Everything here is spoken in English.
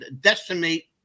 decimate